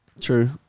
True